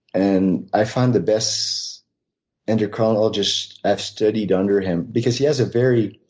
and i find the best endocrinologists have studied under him because he has a very